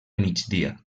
migdia